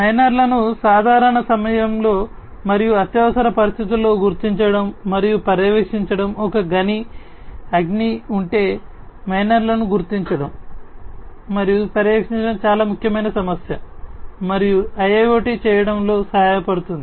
మైనర్లను సాధారణ సమయాల్లో మరియు అత్యవసర పరిస్థితులలో గుర్తించడం మరియు పర్యవేక్షించడం ఒక గని అగ్ని ఉంటే మైనర్లను గుర్తించడం మరియు పర్యవేక్షించడం చాలా ముఖ్యమైన సమస్య మరియు IIoT చేయడంలో సహాయపడుతుంది